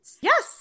Yes